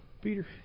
Peter